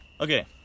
Okay